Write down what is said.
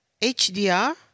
HDR